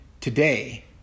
today